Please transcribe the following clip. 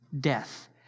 death